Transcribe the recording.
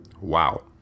Wow